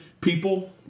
people